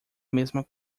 mesma